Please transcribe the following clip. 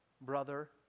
brother